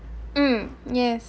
mm yes